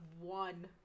one